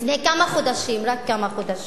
לפני כמה חודשים, רק כמה חודשים,